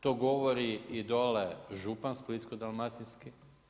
To govori i dole župan splitsko-dalmatinski.